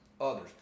others